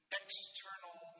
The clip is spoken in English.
external